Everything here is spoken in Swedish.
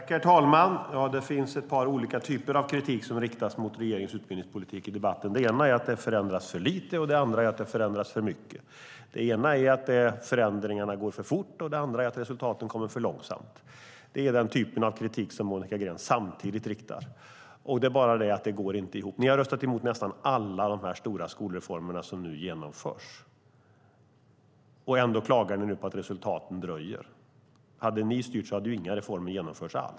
Herr talman! Det finns ett par olika typer av kritik som riktas mot regeringens utbildningspolitik i debatten. Det ena är att det förändras för lite, och det andra är att det förändras för mycket. Det ena är att förändringarna går för fort, och det andra är att resultaten kommer för långsamt. Det är den typen av kritik som Monica Green riktar samtidigt, och det går inte ihop. Ni har röstat emot nästan alla de stora skolreformer som nu genomförs. Ändå klagar ni nu på att resultaten dröjer. Hade ni styrt hade ju inga reformer alls genomförts.